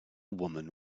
woman